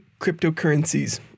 cryptocurrencies